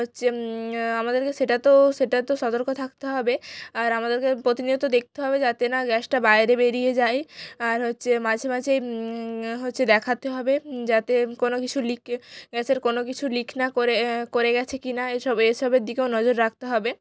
হচ্ছে আমাদেরকে সেটা তো সেটা তো সতর্ক থাকতে হবে আর আমাদেরকে প্রতিনিয়ত দেখতে হবে যাতে না গ্যাসটা বাইরে বেরিয়ে যায় আর হচ্ছে মাঝে মাঝে হচ্ছে দেখাতে হবে যাতে কোন কিছু লিক এ গ্যাসের কোনো কিছু লিক না করে করে গিয়েছে কিনা এইসব এইসবের দিকেও নজর রাখতে হবে